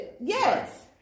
Yes